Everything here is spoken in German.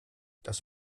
das